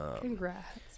Congrats